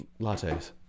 Lattes